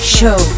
Show